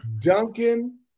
Duncan